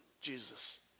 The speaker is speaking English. Jesus